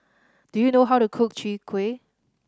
do you know how to cook Chwee Kueh